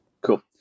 Cool